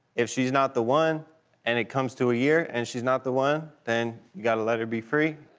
if she's not the one and it comes to a year and she's not the one then you gotta let her be free.